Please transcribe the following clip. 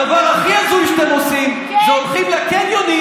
הדבר הכי הזוי שאתם עושים זה הולכים לקניונים,